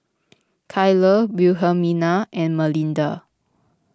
Kylah Wilhelmina and Malinda